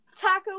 Taco